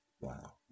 Wow